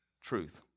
truth